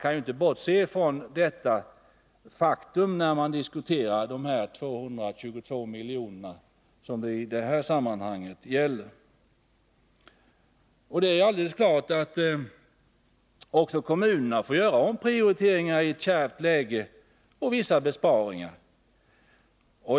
Man kan inte bortse från detta faktum, när man diskuterar de 222 miljoner som det här gäller. Det är klart att också kommunerna i ett kärvt läge får göra omprioriteringar och vissa besparingar.